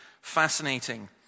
fascinating